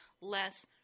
less